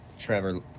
Trevor